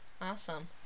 awesome